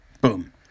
boom